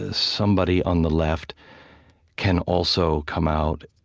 ah somebody on the left can also come out,